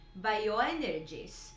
bioenergies